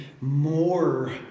more